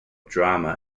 drama